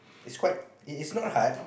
it's quite it is not hard